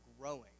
growing